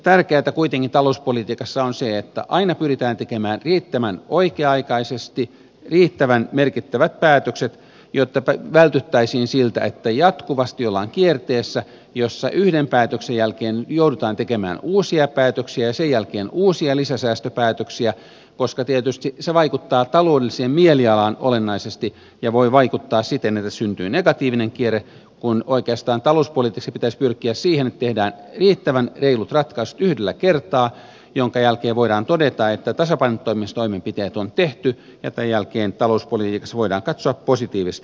tärkeätä kuitenkin talouspolitiikassa on se että aina pyritään tekemään riittävän oikea aikaisesti riittävän merkittävät päätökset jotta vältyttäisiin siltä että jatkuvasti ollaan kierteessä jossa yhden päätöksen jälkeen joudutaan tekemään uusia päätöksiä ja sen jälkeen uusia lisäsäästöpäätöksiä koska tietysti se vaikuttaa taloudelliseen mielialaan olennaisesti ja voi vaikuttaa siten että syntyy negatiivinen kierre kun oikeastaan talouspolitiikassa pitäisi pyrkiä siihen että tehdään riittävän reilut ratkaisut yhdellä kertaa minkä jälkeen voidaan todeta että tasapainottamistoimenpiteet on tehty ja tämän jälkeen talouspolitiikassa voidaan katsoa positiivisesti eteenpäin